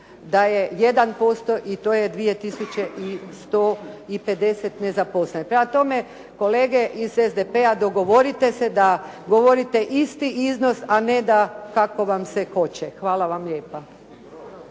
da je 1% i to je 2 tisuće 150 nezaposlenih. Prema tome, kolege iz SDP-a dogovorite se da govorite isti iznos, a ne da kako vam se hoće. Hvala vam lijepa.